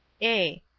a.